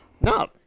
No